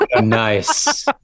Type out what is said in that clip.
Nice